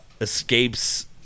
escapes